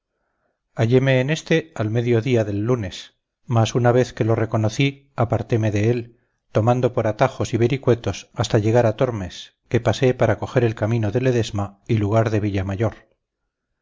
halleme en este al medio día del lunes mas una vez que lo reconocí aparteme de él tomando por atajos y vericuetos hasta llegar al tormes que pasé para coger el camino de ledesma y lugar de villamayor por